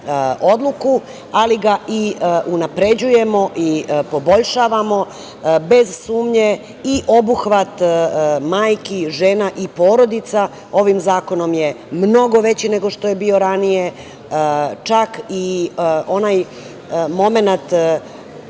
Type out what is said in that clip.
odluku, ali ga i unapređujemo i poboljšavamo, bez sumnje, i obuhvat majki, žena i porodica ovim zakonom je mnogo veći nego što je bio ranije. Čak i onaj momenat